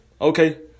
Okay